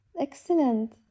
Excellent